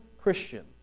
Christian